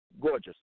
gorgeous